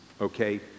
Okay